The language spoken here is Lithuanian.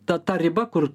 ta ta riba kur